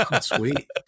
Sweet